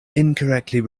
incorrectly